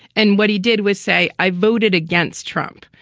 and what he did was say, i voted against trump.